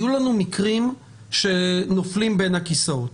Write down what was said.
יהיו לנו מקרים שנופלים בין הכיסאות.